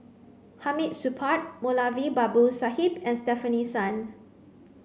Hamid Supaat Moulavi Babu Sahib and Stefanie Sun